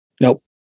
Nope